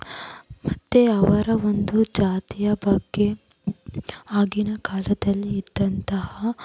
ಮತ್ತೆ ಅವರ ಒಂದು ಜಾತಿಯ ಬಗ್ಗೆ ಆಗಿನ ಕಾಲದಲ್ಲಿ ಇದ್ದಂತಹ